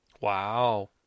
Wow